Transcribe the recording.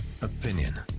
opinion